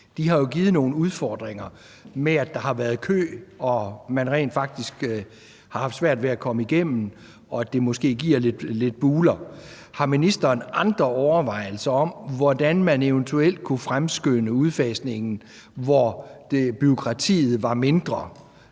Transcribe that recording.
jo har givet nogle udfordringer med, at der har været kø, og at man rent faktisk har haft svært ved at komme igennem, og at det måske giver lidt buler. Har ministeren andre overvejelser om, hvordan man eventuelt kunne fremskynde udfasningen, hvor bureaukratiet var mindre?